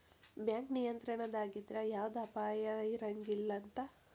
bank ನಿಯಂತ್ರಣದಾಗಿದ್ರ ಯವ್ದ ಅಪಾಯಾ ಇರಂಗಿಲಂತ್